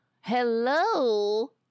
Hello